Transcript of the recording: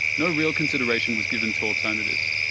no real consideration was given to alternatives.